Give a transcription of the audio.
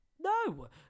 No